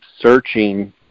searching